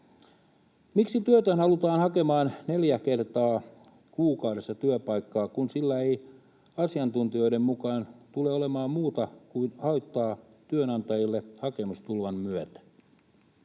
Miksi työtön halutaan hakemaan neljä kertaa kuukaudessa työpaikkaa, kun siitä ei asiantuntijoiden mukaan tule olemaan muuta kuin haittaa työnantajille hakemustulvan myötä?